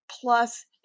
plus